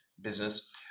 business